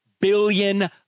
billion